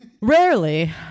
Rarely